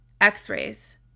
x-rays